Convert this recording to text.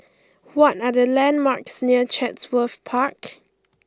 what are the landmarks near Chatsworth Park